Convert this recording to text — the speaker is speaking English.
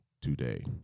today